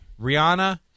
Rihanna